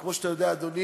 כמו שאתה יודע אדוני,